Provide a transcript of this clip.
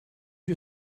you